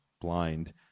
blind